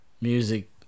music